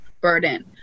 burden